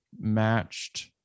matched